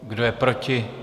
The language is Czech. Kdo je proti?